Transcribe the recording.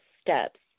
steps